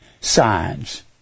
signs